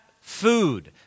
food